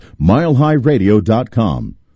MileHighRadio.com